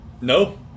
No